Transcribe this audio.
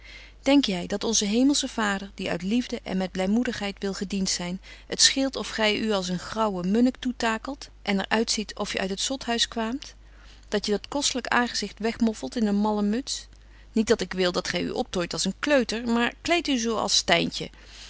denk jy dat onze hemelsche vader die uit liefde en met blymoedigheid wil gedient zyn het scheelt of gy u als een graauwe munnik toetakelt en er uitziet of je uit het zothuis kwaamt dat je dat kostlyk aangezicht weg moffelt in een malle muts niet dat ik wil dat gy u optooit als een kleuter maar kleedt u zo